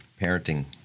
parenting